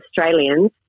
Australians